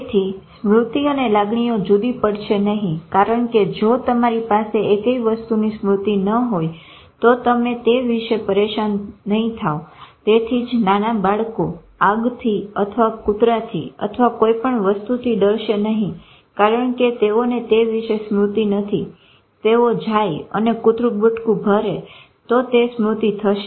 તેથી સ્મૃતિ અને લાગણીઓ જુદી પડશે નહી કારણ કે જો તમારી પાસે એકય વસ્તુની સ્મૃતિ ન હોય તો તમે તે વિશે પરેશાન નઈ થાવ તેથી જ નાના બાળકો આગથી અથવા કુતરાથી અથવા કોઇપણ વસ્તુ થી ડરશે નહી કારણ કે તેઓને તે વિશે સ્મૃતિ નથી તેઓ જાઈ અને કુતરું બટકું ભરે તો તે સ્મૃતિ થશે